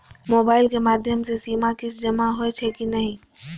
Mobile के माध्यम से सीमा किस्त जमा होई छै कि नहिं?